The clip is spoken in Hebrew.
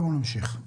בואו נמשיך.